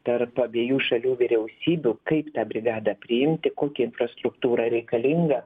tarp abiejų šalių vyriausybių kaip tą brigadą priimti kokia infrastruktūra reikalinga